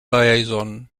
liaison